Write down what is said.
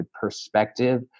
perspective